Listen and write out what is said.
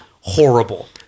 horrible